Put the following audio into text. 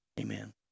amen